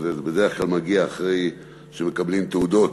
וזה בדרך כלל מגיע אחרי שמקבלים תעודות,